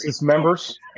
members